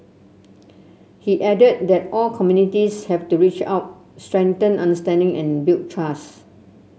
he added that all communities have to reach out strengthen understanding and build trust